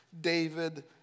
David